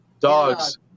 Dogs